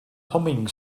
humming